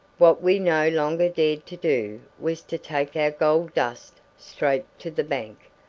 what we no longer dared to do was to take our gold-dust straight to the bank.